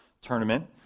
tournament